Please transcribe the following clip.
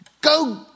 go